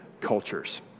cultures